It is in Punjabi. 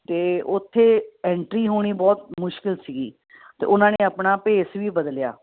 ਅਤੇ ਉੱਥੇ ਐਂਟਰੀ ਹੋਣੀ ਬਹੁਤ ਮੁਸ਼ਕਲ ਸੀਗੀ ਅਤੇ ਉਹਨਾਂ ਨੇ ਆਪਣਾ ਭੇਸ ਵੀ ਬਦਲਿਆ